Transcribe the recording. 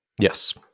Yes